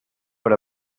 per